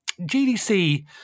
GDC